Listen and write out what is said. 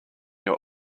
your